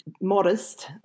modest